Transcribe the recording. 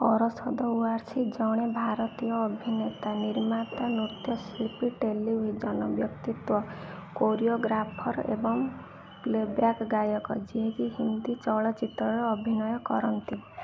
ଅରଶଦ ୱାର୍ସି ଜଣେ ଭାରତୀୟ ଅଭିନେତା ନିର୍ମାତା ନୃତ୍ୟଶିଳ୍ପୀ ଟେଲିଭିଜନ ବ୍ୟକ୍ତିତ୍ୱ କୋରିଓଗ୍ରାଫର୍ ଏବଂ ପ୍ଲେ ବ୍ୟାକ୍ ଗାୟକ ଯିଏ ହିନ୍ଦୀ ଚଳଚ୍ଚିତ୍ରରେ ଅଭିନୟ କରନ୍ତି